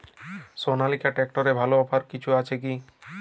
সনালিকা ট্রাক্টরে ভালো অফার কিছু আছে কি?